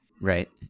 Right